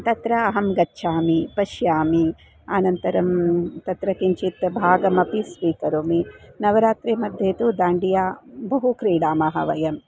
तत्र अहं गच्छामि पश्यामि अनन्तरं तत्र किञ्चित् भागमपि स्वीकरोमि नवरात्रिमध्ये तु दाण्डिया बहु क्रीडामः वयम्